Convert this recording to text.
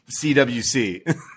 CWC